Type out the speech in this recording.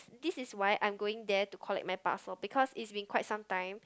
this is why I'm going there to collect my parcel because it's been quite some time